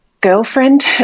girlfriend